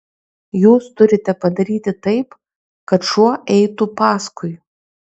jūs turite padaryti taip kad šuo eitų paskui